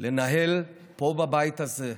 לנהל פה, בבית הזה,